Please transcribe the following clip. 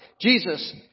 Jesus